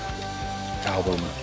album